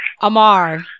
Amar